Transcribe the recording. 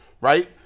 Right